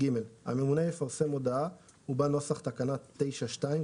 הממונה יפרסם הודעה ובה נוסח תקנה 9(2)